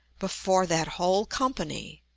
before that whole company,